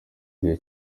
gihe